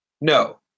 No